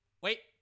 Wait